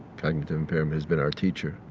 cognitive impairment, has been our teacher